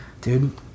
Dude